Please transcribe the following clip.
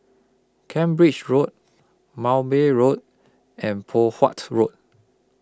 Cambridge Road Mowbray Road and Poh Huat Road